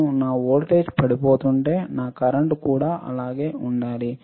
నేను నా వోల్టేజ్ పడిపోతుంటే నా కరెంట్ కూడా అలాగే ఉండాలి